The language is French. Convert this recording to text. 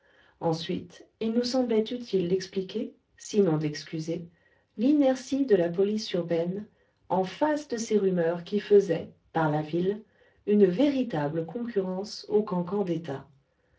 ensuite il nous semblait utile d'expliquer sinon d'excuser l'inertie de la police urbaine en face de ces rumeurs qui faisaient par la ville une véritable concurrence aux cancans d'état